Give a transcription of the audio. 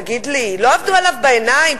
תגיד לי, לא עבדו עליו בעיניים?